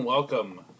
Welcome